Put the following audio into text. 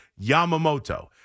Yamamoto